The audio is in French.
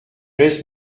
laisse